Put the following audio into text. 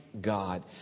God